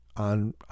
on